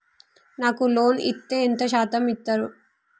నాకు లోన్ ఇత్తే ఎంత శాతం ఇత్తరు?